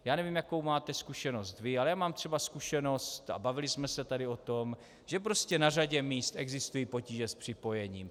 Já nevím, jakou máte zkušenost vy, ale já mám třeba zkušenost, a bavili jsme se tady o tom, že prostě na řadě míst existují potíže s připojením.